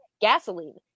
gasoline